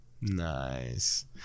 Nice